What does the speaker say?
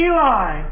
Eli